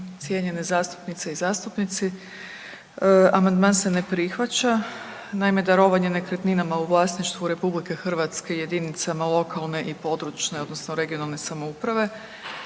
Cijenjene zastupnice i zastupnici, amandman se ne prihvaća. Naime, darovanje nekretninama u vlasništvu RH jedinicama lokalne i područne odnosno regionalne samouprave